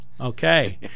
okay